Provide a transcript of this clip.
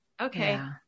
okay